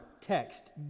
text